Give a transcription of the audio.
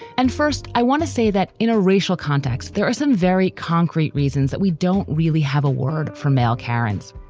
and first, i want to say that in a racial context, there are some very concrete reasons that we don't really have a word for male characters,